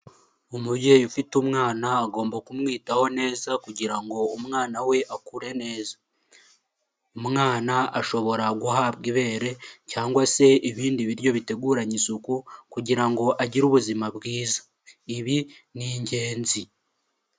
Umubyeyi ufite umwana agomba kumwitaho neza kugira ngo umwana we akure neza, umwana ashobora guhabwa ibere cyangwa se ibindi biryo biteguranye isuku kugira ngo agire ubuzima bwiza ibi ni ingenzi.